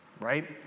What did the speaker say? right